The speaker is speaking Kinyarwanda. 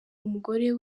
umugore